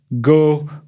go